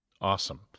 Awesome